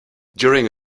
during